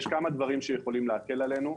יש כמה דברים שיכולים להקל עלינו.